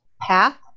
path